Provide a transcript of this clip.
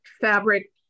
fabric